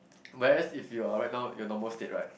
whereas if you are right now in your normal state right